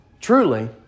Truly